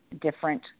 different